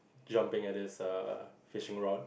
jumping at his err fishing rod